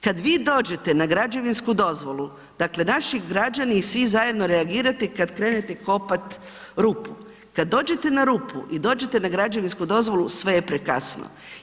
Kad vi dođete na građevinsku dozvolu, dakle, naši građani i svi zajedno reagirate i kad krenete kopati rupu, kad dođete na rupu i dođete na građevinsku dozvolu, sve je prekasno.